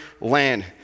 land